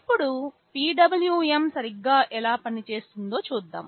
ఇప్పుడు PWM సరిగ్గా ఎలా పనిచేస్తుందో చూద్దాం